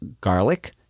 garlic